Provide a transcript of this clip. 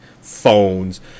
phones